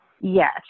Yes